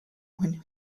when